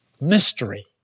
Mystery